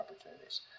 opportunities